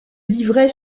livrait